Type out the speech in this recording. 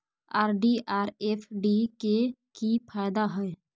RD आर FD के की फायदा हय?